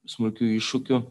smulkių iššūkių